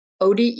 ODE